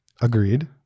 Agreed